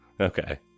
Okay